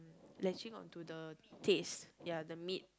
latching onto the taste ya the meat